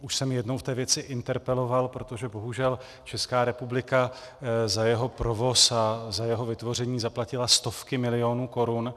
Už jsem jednou v té věci interpeloval, protože bohužel Česká republika za jeho provoz a za jeho vytvoření zaplatila stovky milionů korun.